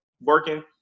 working